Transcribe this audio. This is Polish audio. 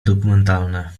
dokumentalne